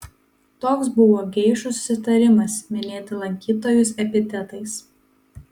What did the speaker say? toks buvo geišų susitarimas minėti lankytojus epitetais